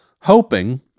hoping